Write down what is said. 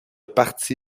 parti